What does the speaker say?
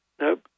nope